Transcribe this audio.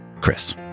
chris